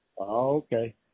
okay